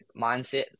mindset